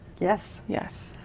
yes. yes.